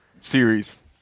series